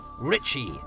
Richie